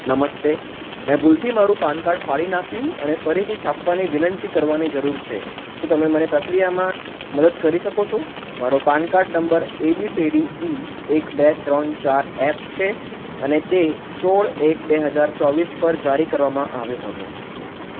નમસ્તે મેં ભૂલથી મારું પાન કાડ ફાડી નાખ્યું અને ફરીથી છાપવાની વિનંતી કરવાની જરૂર છે શું તમે મને પ્રક્રિયામાં મદદ કરી શકો છો મારો PAN card number A B C D E એક બે ત્રણ ચાર એફ છે અને તે સોળ એક બે હજાર ચોવીસ પર જારી કરવામાં આવ્યો હતો